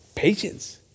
Patience